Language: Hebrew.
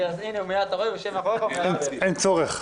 אין צורך.